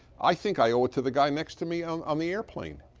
i think i owe it to the guy next to me on on the airplane.